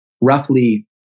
roughly